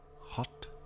hot